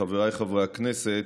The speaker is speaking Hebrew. חבריי חברי הכנסת,